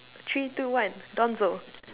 three two one Donzo